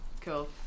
cool